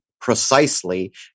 precisely